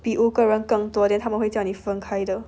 比如五个人更多的他们会叫你分开的